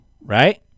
right